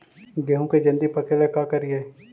गेहूं के जल्दी पके ल का करियै?